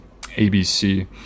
ABC